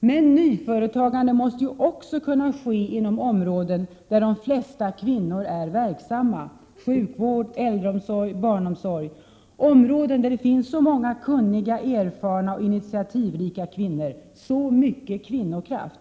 Men nyföretagandet måste också kunna ske inom områden där de flesta kvinnor är verksamma — sjukvård, äldreomsorg och barnomsorg — områden där det finns så många kunniga, erfarna och initiativrika kvinnor, så mycket kvinnokraft!